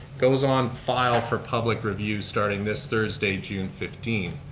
goes on file for public review, starting this thursday, june fifteen.